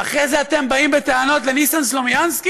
ואחרי זה אתם באים בטענות לניסן סלומינסקי